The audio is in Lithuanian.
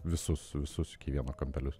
visus visus iki vieno kampelius